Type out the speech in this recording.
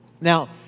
Now